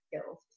skills